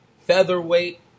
featherweight